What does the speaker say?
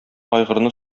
айгырны